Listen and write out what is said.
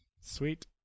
sweet